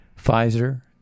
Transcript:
Pfizer